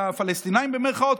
ל"פלסטינים" במירכאות?